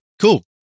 Cool